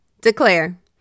Declare